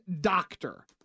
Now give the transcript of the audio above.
doctor